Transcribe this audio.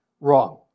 wrong